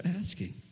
asking